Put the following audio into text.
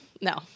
No